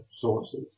sources